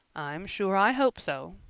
i'm sure i hope so,